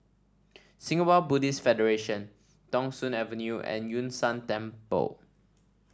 Singapore Buddhist Federation Thong Soon Avenue and Yun Shan Temple